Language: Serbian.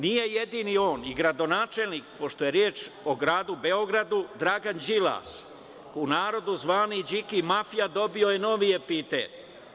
Nije jedini on, i gradonačelnik, pošto je reč o Gradu Beograd, Dragan Đilas, u narodu zvani Điki mafija, dobio je novi epitet.